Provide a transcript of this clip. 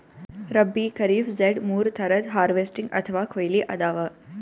ರಬ್ಬೀ, ಖರೀಫ್, ಝೆಡ್ ಮೂರ್ ಥರದ್ ಹಾರ್ವೆಸ್ಟಿಂಗ್ ಅಥವಾ ಕೊಯ್ಲಿ ಅದಾವ